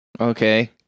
Okay